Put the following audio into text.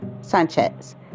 Sanchez